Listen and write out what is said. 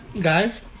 guys